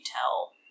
tell